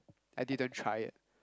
I didn't try it